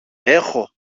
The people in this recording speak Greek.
έχω